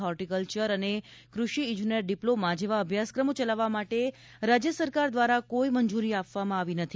horticulture અને ક્રૃષિ ઇજનેર ડિપ્લોમા જેવા અભ્યાસક્રમો ચલાવવા માટે રાજય સરકાર દ્વારા કોઇ મંજૂરી આપવામાં આવી નથી